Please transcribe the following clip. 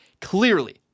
clearly